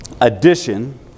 Addition